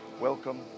Welcome